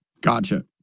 Gotcha